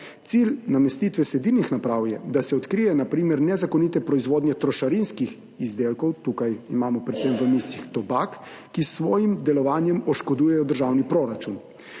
Cilj namestitve sledilnih naprav je, da se odkrije na primer nezakonite proizvodnje trošarinskih izdelkov, tukaj imamo predvsem v mislih tobak, ki s svojim delovanjem oškodujejo državni proračun.